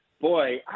boy